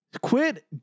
quit